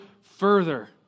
further